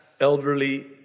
elderly